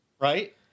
Right